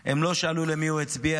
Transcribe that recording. הם לא שאלו למי הוא הצביע,